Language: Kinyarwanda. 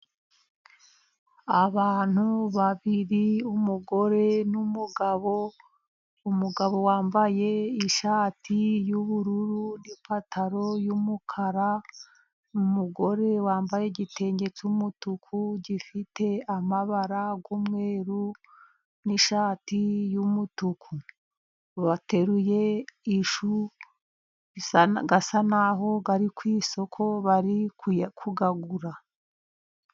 Abantu babiri umugore n'umugabo. Umugabo wambaye ishati yubururu n'ipantaro y'umukara n'umugore wambaye igitenge cyumutuku gifite amabara y'umweru, n'ishati y'umutuku bateruye ishu bisa naho ari ku isoko bari kuyagura